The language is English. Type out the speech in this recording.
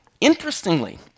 interestingly